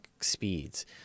speeds